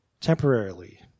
temporarily